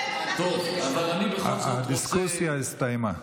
הדיסקוסיה הסתיימה.